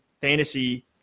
fantasy